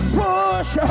push